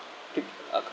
tig~ uh